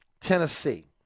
Tennessee